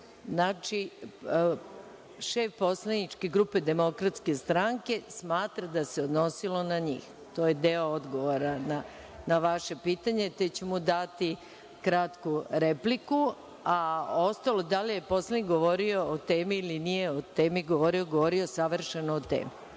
borbe. Znači, šef poslaničke DS smatra da se odnosilo na njih, to je deo odgovora na vaše pitanje, te ću mu dati kratku repliku, a ostalo da li je poslanik govorio o temi ili nije o temi govorio, govorio je savršeno o temi